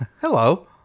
Hello